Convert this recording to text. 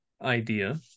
idea